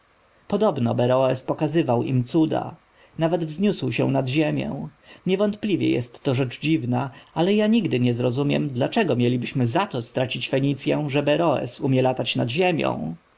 podobno beroes pokazywał im cuda nawet wzniósł się nad ziemię niewątpliwie jest to rzecz dziwna ale ja nigdy nie zrozumiem dlaczego mielibyśmy za to stracić fenicję że beroes umie latać nad ziemią